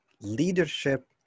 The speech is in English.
leadership